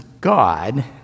God